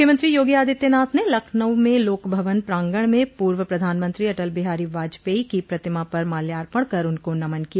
मुख्यमंत्री योगी आदित्यनाथ ने लखनऊ में लोकभवन प्रांगण में पूर्व प्रधानमंत्री अटल बिहारी वाजपेयी की प्रतिमा पर माल्यार्पण कर उनको नमन किया